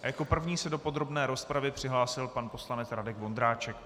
Jako první se do podrobné rozpravy přihlásil pan poslanec Radek Vondráček.